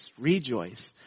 Rejoice